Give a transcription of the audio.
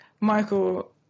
Michael